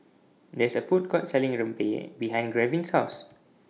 There IS A Food Court Selling Rempeyek behind Gavyn's House